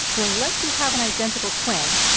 so unless you have an identical twin,